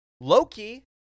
Loki